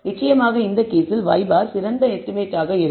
நிச்சயமாக இந்த கேஸில் y̅ சிறந்த எஸ்டிமேட் ஆக இருக்கும்